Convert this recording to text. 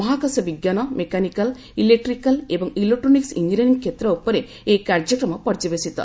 ମହାକାଶ ବିଜ୍ଞାନ mechanical electrical ଏବଂ ଇଲେକ୍ଟ୍ରୋନିକ୍ସ୍ ଇଞ୍ଜିନିୟରିଙ୍ଗ୍ କ୍ଷେତ୍ର ଉପରେ ଏହି କାର୍ଯ୍ୟକ୍ରମ ପର୍ଯ୍ୟବସିତ